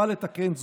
באה לתקן זאת.